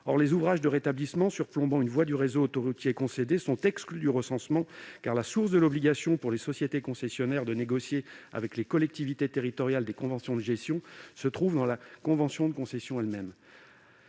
Or les ouvrages de rétablissement surplombant une voie du réseau autoroutier concédé sont exclus du recensement, car la source de l'obligation pour les sociétés concessionnaires de négocier avec les collectivités territoriales des conventions de gestion se trouve dans la convention de concession elle-même.